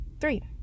Three